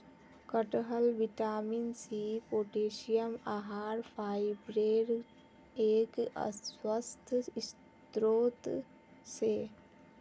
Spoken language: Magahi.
कटहल विटामिन सी, पोटेशियम, आहार फाइबरेर एक स्वस्थ स्रोत छे